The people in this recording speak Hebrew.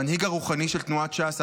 את המנהיג הרוחני של תנועת ש"ס,